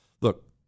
look